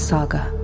Saga